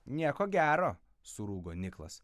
nieko gero surūgo niklas